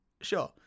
Sure